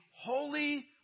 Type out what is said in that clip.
Holy